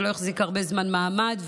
זה לא החזיק הרבה זמן מעמד,